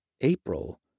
April